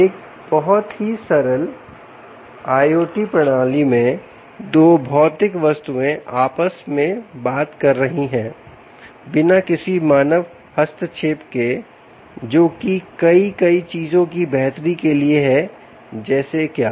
एक बहुत ही सरल IOT प्रणाली में दो भौतिक वस्तुएं आपस में बात कर रही है बिना किसी मानव हस्तक्षेप के जो कि कई कई चीजों की बेहतरी के लिए है जैसे क्या